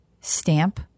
stamp